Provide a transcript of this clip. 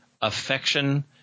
affection